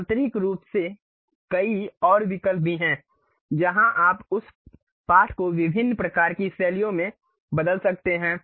आंतरिक रूप से कई और विकल्प भी हैं जहां आप उस पाठ को विभिन्न प्रकार की शैलियों में बदल सकते हैं